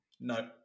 No